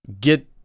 get